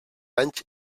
anys